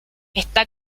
está